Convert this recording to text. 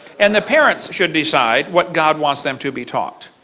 and the parents should decide what god wants them to be taught,